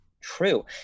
true